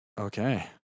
Okay